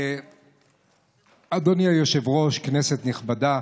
אדוני היושב-ראש, כנסת נכבדה,